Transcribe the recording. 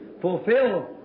fulfill